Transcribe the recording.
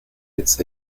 its